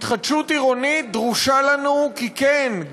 התחדשות עירונית דרושה לנו כי כן,